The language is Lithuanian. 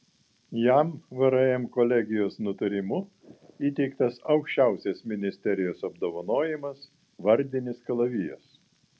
jam vrm kolegijos nutarimu įteiktas aukščiausias ministerijos apdovanojimas vardinis kalavijas